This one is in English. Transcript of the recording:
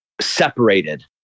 separated